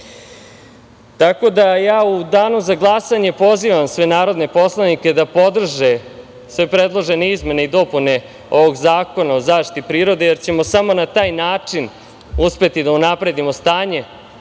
da je u danu za glasanje pozivam sve narodne poslanike da podrže sve predložene izmene i dopune ovog Zakona o zaštiti prirode, jer ćemo samo na taj način uspeti da unapredimo stanje